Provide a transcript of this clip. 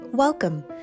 Welcome